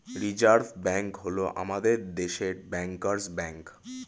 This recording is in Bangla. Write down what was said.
রিজার্ভ ব্যাঙ্ক হল আমাদের দেশের ব্যাঙ্কার্স ব্যাঙ্ক